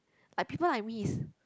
I people like me is